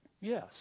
Yes